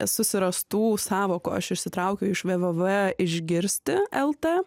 susirastų sąvokų aš išsitraukiau iš vė vė vė išgirsti eltė